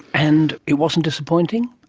and it wasn't disappointing?